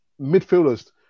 midfielders